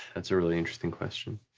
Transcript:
that's a really interesting question.